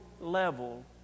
level